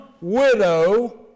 widow